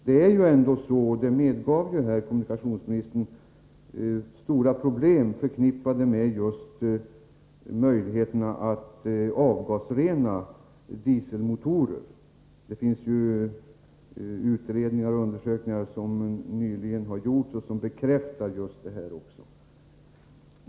Det är ändå — det medgav jordbruksministern — stora problem förknippade med att avgasrena dieselmotorer. Det har nyligen gjorts utredningar och undersökningar som också bekräftar detta.